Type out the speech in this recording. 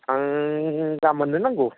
आंनो गाबोननो नांगौ